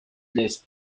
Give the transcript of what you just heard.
list